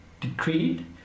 decreed